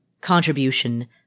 contribution